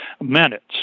minutes